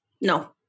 No